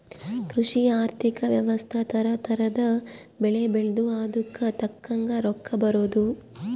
ಕೃಷಿ ಆರ್ಥಿಕ ವ್ಯವಸ್ತೆ ತರ ತರದ್ ಬೆಳೆ ಬೆಳ್ದು ಅದುಕ್ ತಕ್ಕಂಗ್ ರೊಕ್ಕ ಬರೋದು